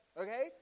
okay